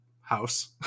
house